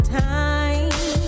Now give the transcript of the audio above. time